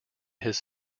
his